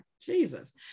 Jesus